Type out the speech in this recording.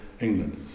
England